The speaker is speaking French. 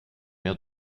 mère